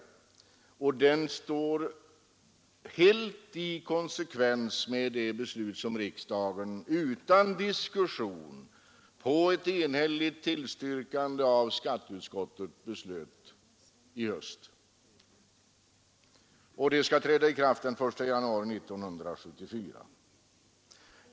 22 mars 1973 Förslaget är också helt i konsekvens med det beslut som riksdagen utan diskussion på ett enhälligt tillstyrkande av skatteutskottet fattade i höstas. Det nya systemet skall träda i kraft den 1 januari 1974.